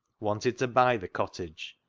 wanted to buy the cottage,